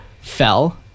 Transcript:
fell